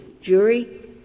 jury